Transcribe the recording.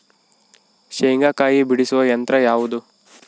ಶೇಂಗಾಕಾಯಿ ಬಿಡಿಸುವ ಯಂತ್ರ ಯಾವುದು?